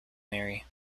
marry